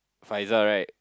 Faizal right